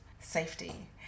safety